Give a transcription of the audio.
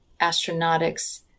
astronautics